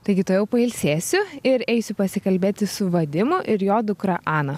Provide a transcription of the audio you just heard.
taigi tuojau pailsėsiu ir eisiu pasikalbėti su vadimu ir jo dukra ana